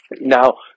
Now